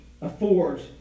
affords